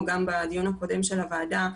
גם בדיון הקודם של הוועדה,